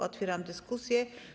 Otwieram dyskusję.